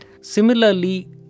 Similarly